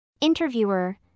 Interviewer